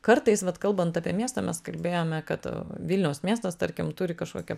kartais vat kalbant apie miestą mes kalbėjome kad vilniaus miestas tarkim turi kažkokią